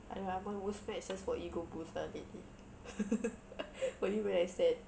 !aiya! my worst match just for ego boost lah lately only when I sad